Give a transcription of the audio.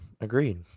Agreed